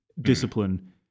discipline